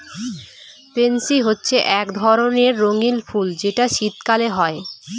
pansy হচ্ছে এক ধরণের রঙ্গীন ফুল যেটা শীতকালে হয়